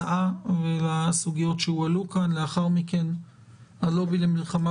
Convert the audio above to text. מינית להצעה ולסוגיות שהועלו כאן; לאחר מכן את הלובי למלחמה